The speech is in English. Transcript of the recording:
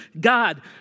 God